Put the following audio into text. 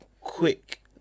quick